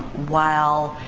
while